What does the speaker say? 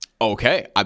Okay